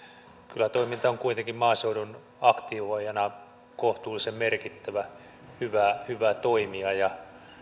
kylätoiminta on kuitenkin maaseudun aktivoijana kohtuullisen merkittävä hyvä toimija